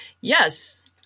Yes